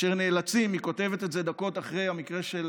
אשר נאלצים, היא כותבת את זה דקות אחרי המקרה של